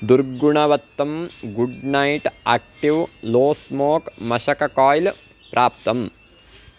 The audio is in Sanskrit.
दुर्गुणवत्तं Good Knight active low smoke मशककाय्ल् प्राप्तम्